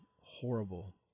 horrible